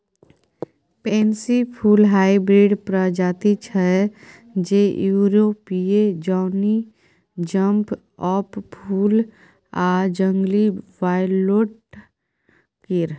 pansy फुल hybrid प्रजाति छै जे युरोपीय जौनी जंप अप फुल आ जंगली वायोलेट केर